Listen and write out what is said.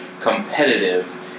competitive